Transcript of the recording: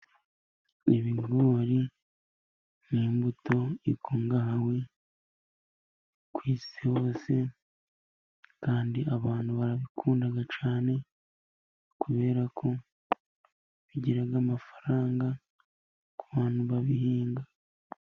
Ibigori ni imbuto ikungahaye ku isi hose, kandi abantu barabikunda cyane, kubera ko bigira amafaranga k'ubantu babihinga.